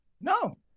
No